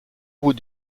bout